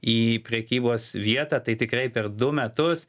į prekybos vietą tai tikrai per du metus